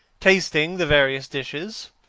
tasting the various dishes,